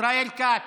ישראל כץ,